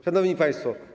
Szanowni Państwo!